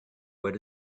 what